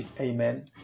Amen